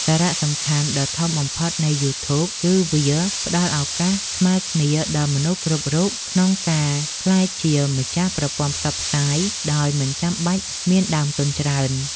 សារៈសំខាន់ដ៏ធំបំផុតនៃយូធូប គឺវាផ្តល់ឱកាសស្មើគ្នាដល់មនុស្សគ្រប់រូបក្នុងការក្លាយជាម្ចាស់ប្រព័ន្ធផ្សព្វផ្សាយដោយមិនចាំបាច់មានដើមទុនច្រើន។